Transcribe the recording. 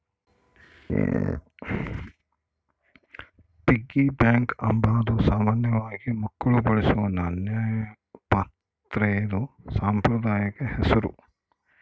piggy bank ಅಂಬಾದು ಸಾಮಾನ್ಯವಾಗಿ ಮಕ್ಳು ಬಳಸೋ ನಾಣ್ಯ ಪಾತ್ರೆದು ಸಾಂಪ್ರದಾಯಿಕ ಹೆಸುರು